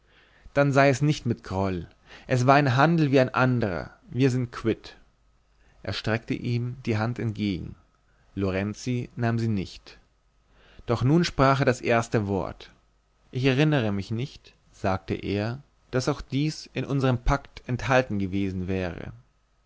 dann sei es nicht mit groll es war ein handel wie ein andrer wir sind quitt er streckte ihm die hand entgegen lorenzi nahm sie nicht doch nun sprach er das erste wort ich erinnere mich nicht sagte er daß auch dies in unserm pakt enthalten gewesen wäre